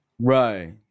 Right